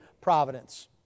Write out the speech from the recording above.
providence